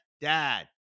dad